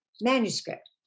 manuscript